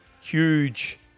huge